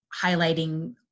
highlighting